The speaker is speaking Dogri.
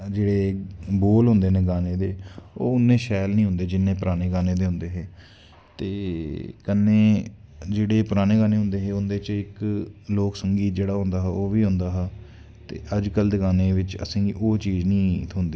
जेह्ड़े बोल होंदे न गाने दे ओह् उन्ने शैल नी होंदे जिन्ने परानें गानें दे होंदे हे ते कन्नै जेह्ड़े परानें गानें होंदे हे उंदे च इक लोक संगीत जेह्ड़ा होंदा हा ओह् बी होंदा हा ते अज कल दे गानें बिच्च असेंगी गी ओह् चीज़ नी थ्होंदी